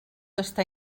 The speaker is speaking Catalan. estar